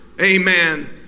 amen